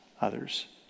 others